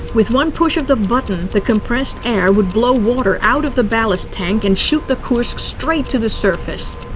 with one push of the button, the compressed air would blow water out of the ballast tank and shoot the kursk straight to the surface.